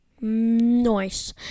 Nice